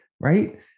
right